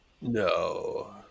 No